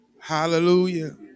Hallelujah